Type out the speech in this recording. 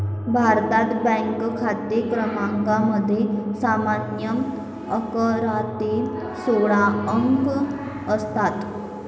भारतात, बँक खाते क्रमांकामध्ये सामान्यतः अकरा ते सोळा अंक असतात